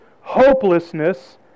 hopelessness